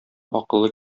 акыллы